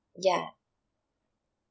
ya